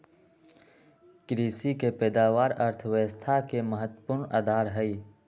कृषि के पैदावार अर्थव्यवस्था के महत्वपूर्ण आधार हई